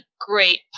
great